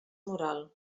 moral